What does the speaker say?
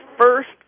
first